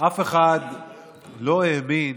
אף אחד לא האמין